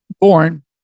born